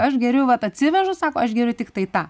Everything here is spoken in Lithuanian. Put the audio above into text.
aš geriu vat atsivežu sako aš geriu tiktai tą